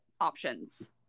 options